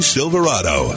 Silverado